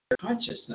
consciousness